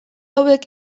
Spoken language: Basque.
hauek